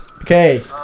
Okay